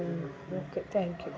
okay thank you